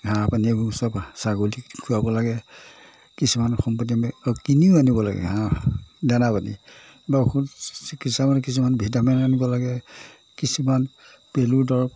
ঘাঁহ পানী এইবোৰ সব ছাগলীক খোৱাব লাগে কিছুমান সম্পত্তি আমি কিনিও আনিব লাগে হাঁহ দানা পানী বা ঔষধ চিকিৎসা মানে কিছুমান ভিটামিন আনিব লাগে কিছুমান পেলুৰ দৰৱ